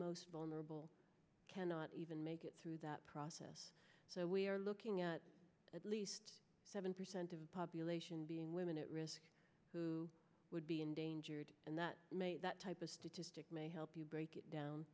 most vulnerable cannot even make it through that process so we are looking at at least seven percent of the population being women at risk who would be in danger and that type of statistic may help you break it down